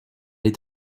est